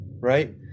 right